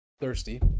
thirsty